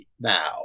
now